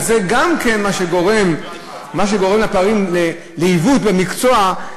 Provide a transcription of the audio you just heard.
וזה גם כן גורם לעיוות במקצוע,